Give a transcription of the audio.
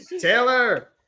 Taylor